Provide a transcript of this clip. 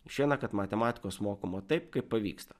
išeina kad matematikos mokoma taip kaip pavyksta